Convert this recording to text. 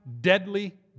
deadly